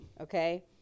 okay